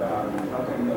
הצגת הדברים, .